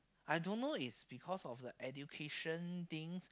I don't know is because of the education things